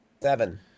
Seven